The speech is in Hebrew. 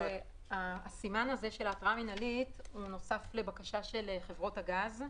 הסימן של ההתראה המינהלית נוסף לבקשה של חברות הגז.